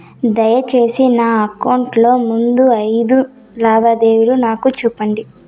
దయసేసి నా అకౌంట్ లో ముందు అయిదు లావాదేవీలు నాకు చూపండి